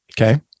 Okay